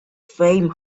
flame